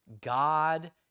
God